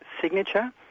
signature